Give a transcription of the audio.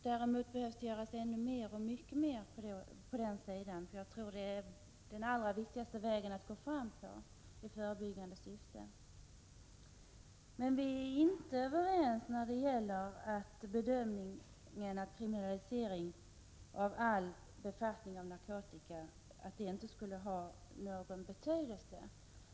Däremot behöver det göras ännu mycket mer på den sidan, Det är den allra viktigaste vägen att gå i förebyggande syfte. Men vi är inte överens när det gäller bedömningen att kriminalisering av all befattning med narkotika inte skulle ha någon betydelse.